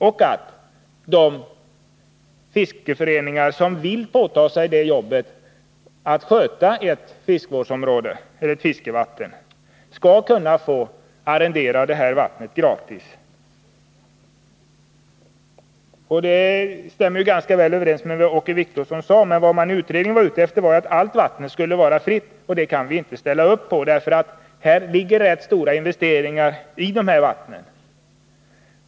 Och de fiskeföreningar som vill påta sig jobbet att sköta ett fiskevårdsområde eller ett fiskevatten skall kunna få arrendera det vattnet gratis. Detta stämmer ganska väl överens med vad Åke Wictorsson sade. Men i utredningen var man ute efter att allt vatten skulle vara fritt, och det kan vi inte ställa upp på. Det ligger nämligen rätt stora investeringar i dessa vatten.